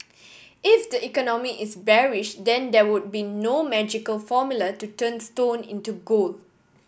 if the economy is bearish then there would be no magical formula to turn stone into gold